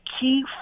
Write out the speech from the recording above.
key